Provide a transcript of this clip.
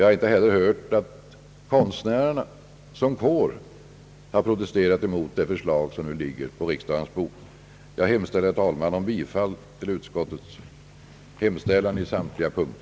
Jag har inte heller hört att konstnärerna som kår har protesterat mot det förslag som nu ligger på riksdagens bord. Jag hemställer, herr talman, om bifall till utskottets förslag i samtliga punkter: